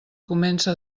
comença